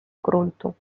gruntu